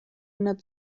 ändert